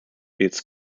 its